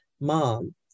mom